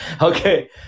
Okay